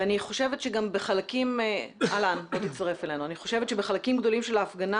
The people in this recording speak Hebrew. ואני חושבת שגם בחלקים גדולים של ההפגנה